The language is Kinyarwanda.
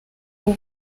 ubu